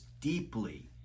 deeply